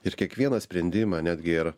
ir kiekvieną sprendimą netgi ir